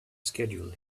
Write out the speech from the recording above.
schedule